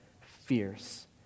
fierce